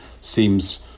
seems